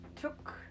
took